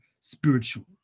spiritual